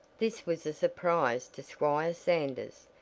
this was a surprise to squire sanders.